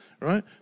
right